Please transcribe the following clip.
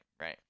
right